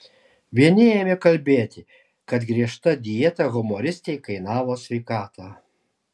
vieni ėmė kalbėti kad griežta dieta humoristei kainavo sveikatą